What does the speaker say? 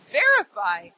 verify